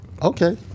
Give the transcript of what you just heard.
Okay